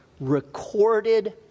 recorded